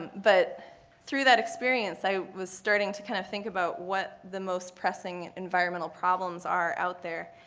but through that experience, i was starting to kind of think about what the most pressing environmental problems are out there.